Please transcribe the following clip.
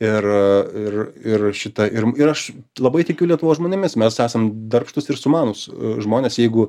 ir ir ir šitą ir ir aš labai tikiu lietuvos žmonėmis mes esam darbštūs ir sumanūs žmonės jeigu